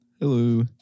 Hello